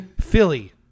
Philly